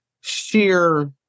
sheer